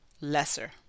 lesser